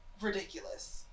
ridiculous